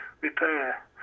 repair